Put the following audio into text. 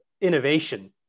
innovation